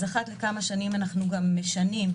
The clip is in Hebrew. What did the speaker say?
אז אחת לכמה שנים אנחנו גם משנים,